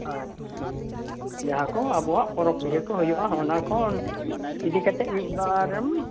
ᱟᱪᱪᱷᱟ ᱡᱟᱦᱟᱸᱠᱚ ᱟᱵᱚᱣᱟᱜ ᱯᱚᱨᱚᱵ ᱯᱤᱦᱟᱹᱠᱚ ᱦᱩᱭᱩᱜᱼᱟ ᱱᱚᱜᱼᱚᱭ ᱱᱚᱣᱟᱠᱚ ᱤᱫᱤ ᱠᱟᱛᱮᱫ ᱢᱤᱫ ᱵᱟᱨᱮᱢ